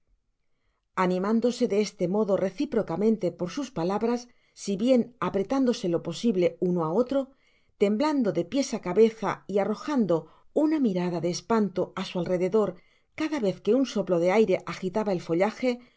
animándose de este modo reciprocamente por sus palabras si bien apretándose lo posible uno á otro temblando de piés á cabeza y arrojando una mirada de espanto á su alrededor cada vez que un soplo de aire agitaba el follaje